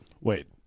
wait